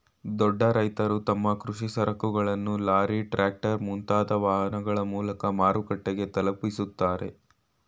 ದೊಡ್ಡ ರೈತ್ರು ತಮ್ಮ ಕೃಷಿ ಸರಕುಗಳನ್ನು ಲಾರಿ, ಟ್ರ್ಯಾಕ್ಟರ್, ಮುಂತಾದ ವಾಹನಗಳ ಮೂಲಕ ಮಾರುಕಟ್ಟೆಗೆ ತಲುಪಿಸುತ್ತಾರೆ